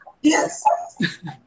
Yes